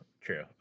true